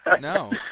No